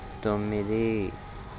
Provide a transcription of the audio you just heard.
తొమ్మిది